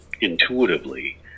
intuitively